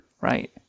right